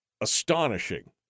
astonishing